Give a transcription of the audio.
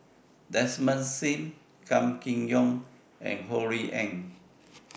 Desmond SIM Kam Kee Yong and Ho Rui An